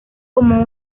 como